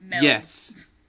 Yes